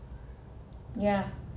yeah